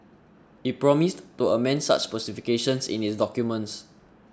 it promised to amend such specifications in its documents